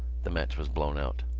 the match was blown out.